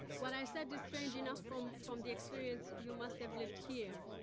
what i said is strange enough from from the experience you must have lived here.